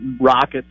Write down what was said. rockets